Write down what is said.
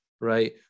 right